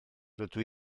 rydw